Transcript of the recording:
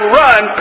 run